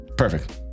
Perfect